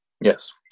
Yes